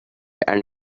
and